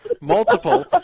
multiple